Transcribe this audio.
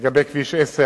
מדובר בכביש דמים,